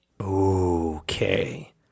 Okay